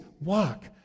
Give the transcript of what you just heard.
walk